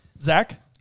Zach